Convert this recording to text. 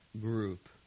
Group